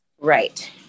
Right